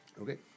okay